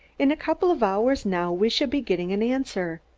in a couple of hours, now, we shall be getting an answer.